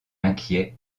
inquiet